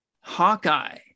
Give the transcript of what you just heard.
hawkeye